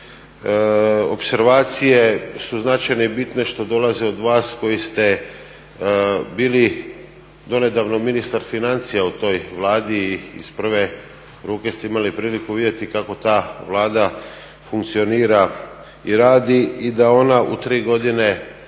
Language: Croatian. opservacije su značajne i bitne što dolaze od vas koji ste bili donedavno ministar financija u toj Vladi. Iz prve ruke ste imali priliku vidjeti kako ta Vlada funkcionira i radi i da ona u tri godine